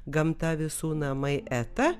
gamta visų namai eta